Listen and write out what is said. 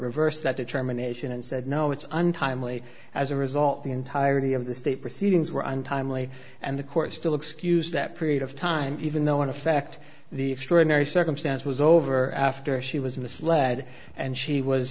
reversed that determination and said no it's untimely as a result the entirety of the state proceedings were untimely and the court still excused that period of time even though in effect the extraordinary circumstance was over after she was misled and she was